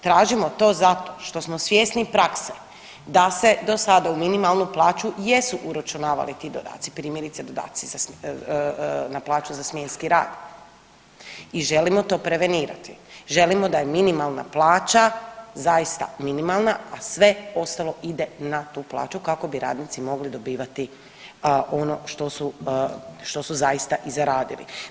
Tražimo to zato što smo svjesni prakse da se dosada u minimalnu plaću jesu uračunavali ti dodaci, primjerice dodaci na plaću za smjenski rad i želimo to prevenirati, želimo da je minimalna plaća zaista minimalna, a sve ostalo ide na tu plaću kako bi radnici mogli dobivati ono što su, što su zaista i zaradili.